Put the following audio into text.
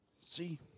See